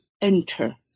enter